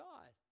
God